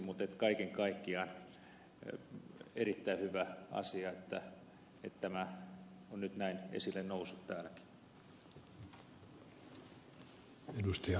mutta kaiken kaikkiaan on erittäin hyvä asia että tämä on nyt näin esille noussut täälläkin